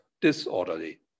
disorderly